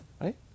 Right